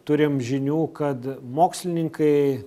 turim žinių kad mokslininkai